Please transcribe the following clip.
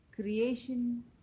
creation